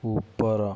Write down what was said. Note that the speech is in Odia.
ଉପର